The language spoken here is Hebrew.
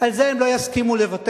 על זה הם לא יסכימו לוותר,